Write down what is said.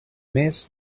més